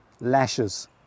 lashes